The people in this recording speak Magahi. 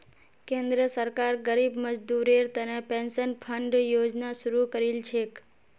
केंद्र सरकार गरीब मजदूरेर तने पेंशन फण्ड योजना शुरू करील छेक